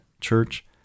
church